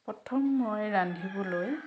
প্ৰথম মই ৰান্ধিবলৈ